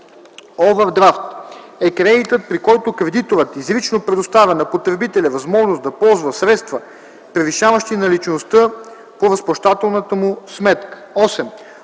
„Овърдрафт” е кредитът, при който кредиторът изрично предоставя на потребителя възможност да ползва средства, превишаващи наличността по разплащателната му сметка. 8.